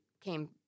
came